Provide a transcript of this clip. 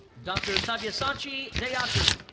dr. sabyasachi deyati.